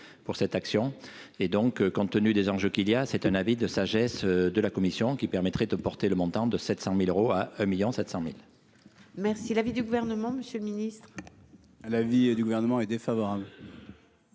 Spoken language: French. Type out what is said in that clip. Merci l'avis du gouvernement, Monsieur le Ministre à l'avis du Gouvernement est défavorable.